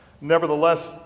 nevertheless